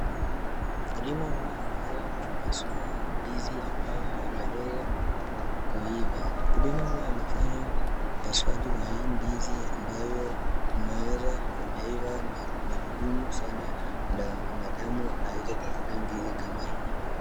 Mkulima huyu ameweza kupasua ndizi ambayo haijaweza kuiva. Mkulima huyu amefanya upasuaji wa hii ndizi ambayo umeweza haujaiva na ni vigumu sana binadamu aweze kukula ndizi kama hii.